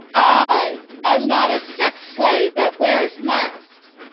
i am not a sex slave that wears masks.